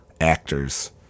Actors